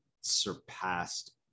surpassed